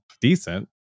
Decent